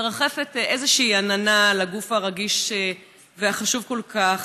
מרחפת איזושהי עננה על הגוף הרגיש והחשוב כל כך,